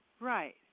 Right